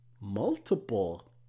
multiple